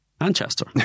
Manchester